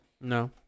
No